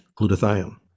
glutathione